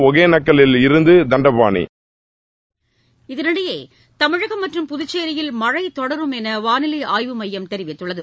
ஒகனேக்கல்லிலிருந்து தண்டபாணி இதனிடையே தமிழகம் மற்றும் புதுச்சேரியில் மழை தொடரும் என்று வாளிலை ஆய்வு மையம் தெரிவித்துள்ளது